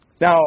Now